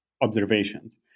observations